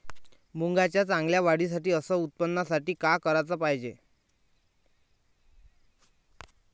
मुंगाच्या चांगल्या वाढीसाठी अस उत्पन्नासाठी का कराच पायजे?